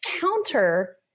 counter